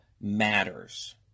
matters